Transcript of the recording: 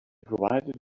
provided